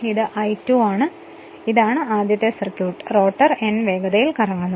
അതിനാൽ അടുത്തത് ഇതാണ് ആദ്യത്തെ സർക്യൂട്ട് റോട്ടർ n വേഗതയിൽ കറങ്ങുന്നു